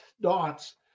dots